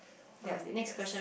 they are teachers